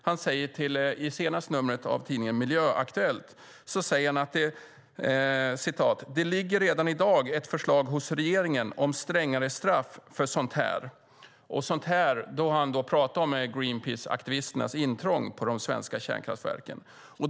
Han säger i senaste numret av tidningen Miljöaktuellt: Det ligger redan i dag ett förslag hos regeringen om strängare straff för sådant här. Med sådant här menar han Greenpeaceaktivisternas intrång på de svenska kärnkraftverken, som han har pratat om innan.